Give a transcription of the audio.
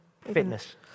Fitness